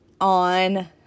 on